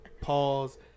pause